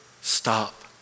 stop